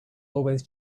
always